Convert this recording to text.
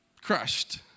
crushed